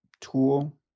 tool